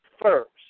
first